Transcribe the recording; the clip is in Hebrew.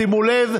שימו לב,